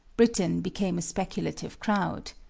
britain became a speculative crowd.